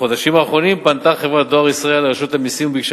בחודשים האחרונים פנתה חברת "דואר ישראל" לרשות המסים בבקשה